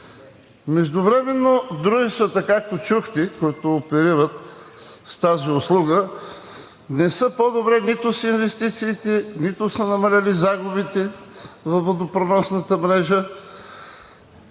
Междувременно дружествата, както чухте, които оперират с тази услуга, не са по-добре с инвестициите, нито са намалели загубите на водопреносната мрежа.